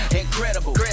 incredible